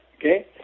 Okay